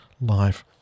live